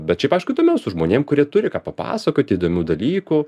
bet šiaip aišku įdomiau su žmonėm kurie turi ką papasakoti įdomių dalykų